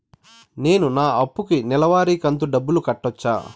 నేను నా అప్పుకి నెలవారి కంతు డబ్బులు కట్టొచ్చా?